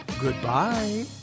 Goodbye